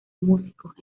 músicos